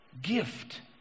gift